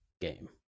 game